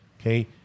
okay